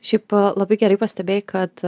šiaip labai gerai pastebėjai kad